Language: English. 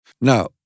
Now